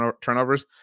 turnovers